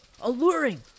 alluring